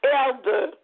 elder